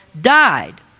died